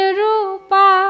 rupa